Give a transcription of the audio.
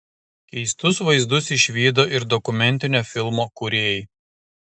keistus vaizdus išvydo ir dokumentinio filmo kūrėjai